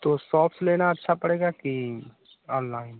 तो साप लेना अच्छा पड़ेगा की अनलाईन